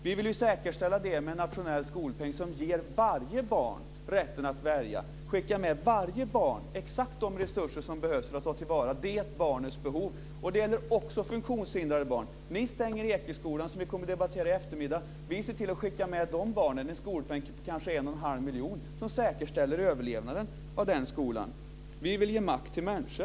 Vi vill säkerställa det med nationell skolpeng som ger varje barn rätten att välja. Vi vill skicka med varje barn exakt de resurser som behövs för det barnets behov. Det gäller också funktionshindrade barn. Ni stänger Ekeskolan, som vi kommer att debattera i eftermiddag. Vi ser till att skicka med de barnen en skolpeng på kanske 11⁄2 miljon som säkerställer överlevnaden av den skolan.